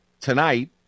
tonight